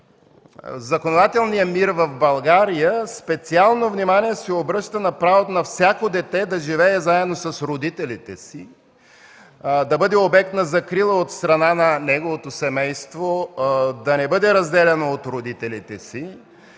законодателния мир в България специално внимание се обръща на правото на всяко дете да живее заедно с родителите си, да бъде обект на закрила от страна на неговото семейство, да не бъде разделяно от родителите си.